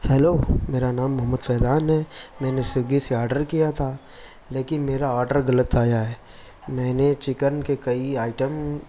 hello میرا نام محمد فیضان ہے میں نے سویگی سے آرڈر کیا تھا لیکن میرا آرڈر غلط آیا ہے میں نے چکن کے کئی آئیٹم